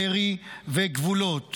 בארי וגבולות,